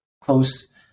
close